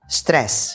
stress